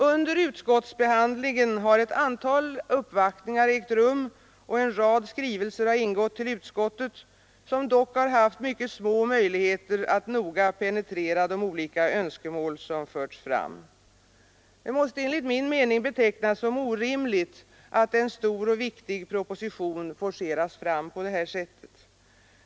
Under utskottsbehandlingen har ett antal uppvaktningar ägt rum och en rad skrivelser har ingått till utskottet, som dock har haft mycket små möjligheter att noga penetrera de olika önskemål som förts fram. Det måste enligt min mening betecknas som orimligt att en stor och viktig proposition forceras fram på detta sätt.